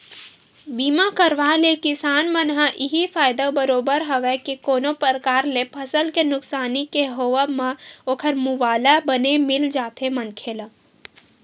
बीमा करवाय ले किसान मन ल इहीं फायदा बरोबर हवय के कोनो परकार ले फसल के नुकसानी के होवब म ओखर मुवाला बने मिल जाथे मनखे ला